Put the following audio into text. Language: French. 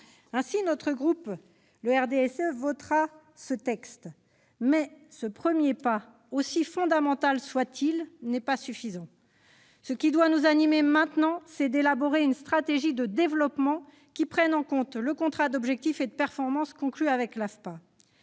RDSE votera très majoritairement ce texte. Reste que ce premier pas, aussi fondamental soit-il, n'est pas suffisant. Ce qui doit nous animer maintenant, c'est l'élaboration d'une stratégie de développement qui prenne en compte le contrat d'objectifs et de performance conclu avec l'AFPA.